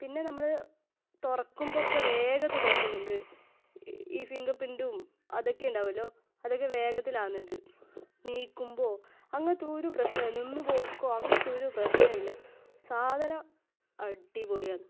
പിന്നെ നമ്മൾ തുറക്കുമ്പോഴൊക്കെ വേഗത്ത് തുറക്കുന്നുണ്ട് ഈ ഫിംഗർ പ്രിൻറ്റും അതൊക്കെ ഉണ്ടാവുലോ അതൊക്കെ വേഗത്തിലാകുന്നുണ്ട് നീക്കുമ്പോൾ അങ്ങത്തെ ഒരു പ്രഷ്നം നിന്ന് പോക്കോ അങ്ങനത്തൊരു പ്രശ്നവുമില്ല സാധനം അടിപൊളിയാണ്